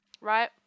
Right